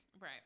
Right